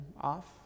off